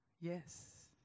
Yes